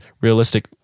Realistic